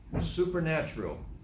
Supernatural